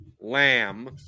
Lamb